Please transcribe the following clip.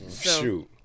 Shoot